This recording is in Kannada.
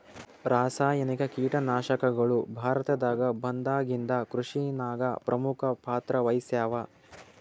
ರಾಸಾಯನಿಕ ಕೀಟನಾಶಕಗಳು ಭಾರತದಾಗ ಬಂದಾಗಿಂದ ಕೃಷಿನಾಗ ಪ್ರಮುಖ ಪಾತ್ರ ವಹಿಸ್ಯಾವ